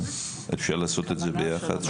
אפשר לעשות את זה ביחד?